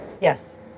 Yes